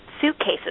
suitcases